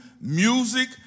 music